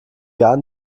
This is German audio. gar